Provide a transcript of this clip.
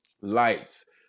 Lights